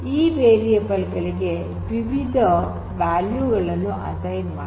ಈ ವೇರಿಯೇಬಲ್ ಗಳಿಗೆ ವಿವಿಧ ವ್ಯಾಲ್ಯೂ ಗಳನ್ನು ಅಸೈನ್ ಮಾಡಿದ್ದೇವೆ